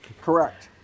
Correct